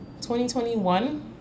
2021